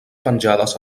penjades